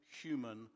human